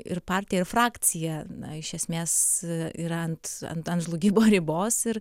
ir partija ir frakcija na iš esmės yra ant ant ant žlugimo ribos ir